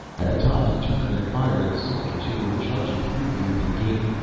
at the top he turned and fired at the soldiers who were charging through the open gate.